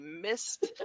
missed